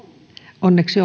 onneksi